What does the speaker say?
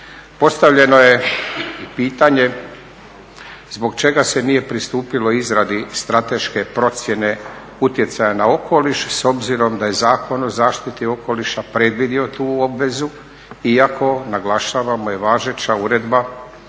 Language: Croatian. Postavljano je i pitanje zbog čega se nije pristupilo izradi strateške procjene utjecaja na okoliš s obzirom da je Zakon o zaštiti okoliša predvidio tu obvezu iako, naglašavam, to važeća Uredba